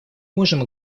можем